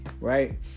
right